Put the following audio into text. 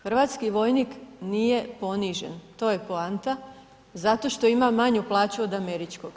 Hrvatski vojnik nije ponižen, to je poanta zato što ima manju plaću od američkog.